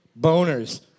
boners